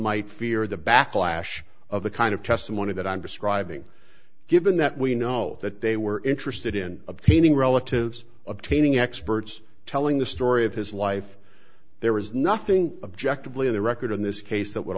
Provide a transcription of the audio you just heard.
might fear the backlash of the kind of testimony that i'm describing given that we know that they were interested in obtaining relatives obtaining experts telling the story of his life there was nothing objective lee on the record in this case that would